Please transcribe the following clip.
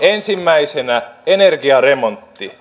ensimmäisenä energiaremontti